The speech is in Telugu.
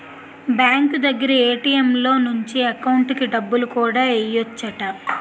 బ్యాంకు దగ్గర ఏ.టి.ఎం లో నుంచి ఎకౌంటుకి డబ్బులు కూడా ఎయ్యెచ్చట